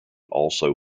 also